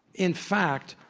in fact,